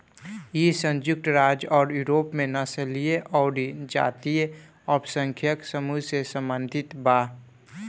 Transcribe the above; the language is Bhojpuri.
इ संयुक्त राज्य अउरी यूरोप में नस्लीय अउरी जातीय अल्पसंख्यक समूह से सम्बंधित बा